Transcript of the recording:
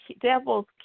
devil's